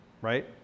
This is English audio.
right